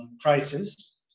crisis